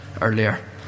earlier